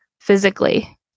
physically